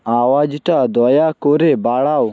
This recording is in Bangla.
আওয়াজটা দয়া করে বাড়াও